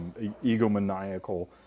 egomaniacal